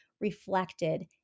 reflected